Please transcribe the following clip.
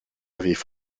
avaient